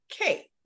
okay